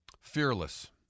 Fearless